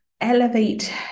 elevate